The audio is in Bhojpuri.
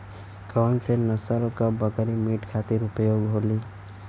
कौन से नसल क बकरी मीट खातिर उपयोग होली?